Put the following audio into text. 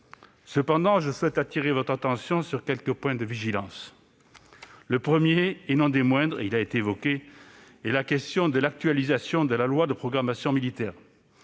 Cependant, je souhaite appeler votre attention sur quelques points de vigilance. Le premier de ces points, et non des moindres- il a été évoqué -, est la question de l'actualisation de la loi de programmation militaire.